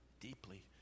deeply